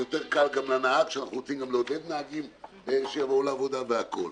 ויותר קל גם לנהג שאנחנו רוצים גם לעודד נהגים שיבואו לעבודה והכול.